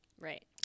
right